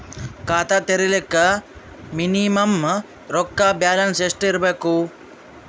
ಖಾತಾ ತೇರಿಲಿಕ ಮಿನಿಮಮ ರೊಕ್ಕ ಬ್ಯಾಲೆನ್ಸ್ ಎಷ್ಟ ಇರಬೇಕು?